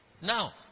Now